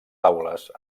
taules